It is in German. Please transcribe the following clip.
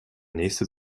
nächste